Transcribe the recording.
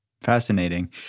Fascinating